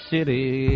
City